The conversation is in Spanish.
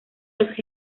los